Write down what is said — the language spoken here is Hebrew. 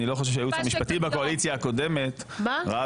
אני לא חושב שהייעוץ המשפטי בקואליציה הקודמת ראה